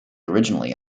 originally